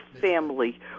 family